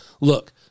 Look